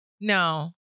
No